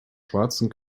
schwarzen